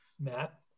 Matt